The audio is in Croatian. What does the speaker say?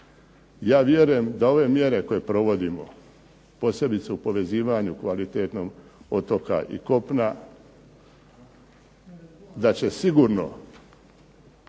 Ja vjerujem da ove mjere koje provodimo, posebice u povezivanju kvalitetno otoka i kopna, da će sigurno